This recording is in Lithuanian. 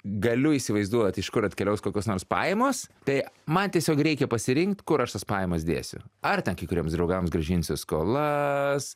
galiu įsivaizduot iš kur atkeliaus kokios nors pajamos tai man tiesiog reikia pasirinkt kur aš tas pajamas dėsiu ar ten kai kuriems draugams grąžinsiu skolas